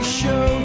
show